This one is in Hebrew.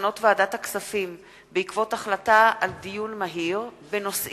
מסקנות ועדת הכספים בעקבות דיון מהיר בנושאים: